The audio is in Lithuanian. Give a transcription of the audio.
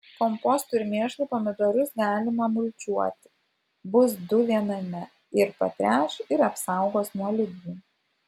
kompostu ir mėšlu pomidorus galima mulčiuoti bus du viename ir patręš ir apsaugos nuo ligų